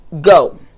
go